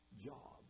job